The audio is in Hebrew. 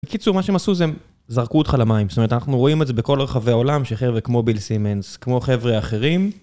בקיצור מה שהם עשו זה הם זרקו אותך למים, זאת אומרת אנחנו רואים את זה בכל רחבי העולם שחבר'ה כמו ביל סימנס, כמו חבר'ה אחרים